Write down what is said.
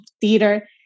theater